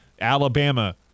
Alabama